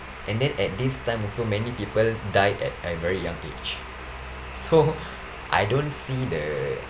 and then at this time also many people died at a very young age so I don't see the